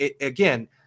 again